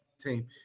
team